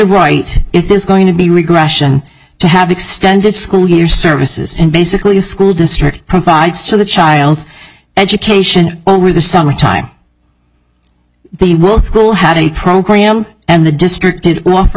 there's going to be regression to have extended school year services in basically a school district provides to the child education over the summer time the world school had a program and the district did offer